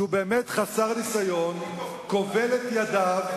באמת חסר ניסיון, כובל את ידיו,